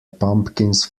pumpkins